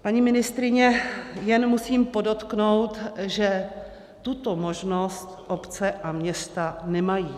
Paní ministryně, jen musím podotknout, že tuto možnost obce a města nemají.